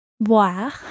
Boire